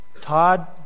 Todd